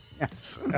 yes